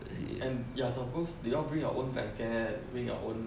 and you're suppose they all bring your own blanket being your own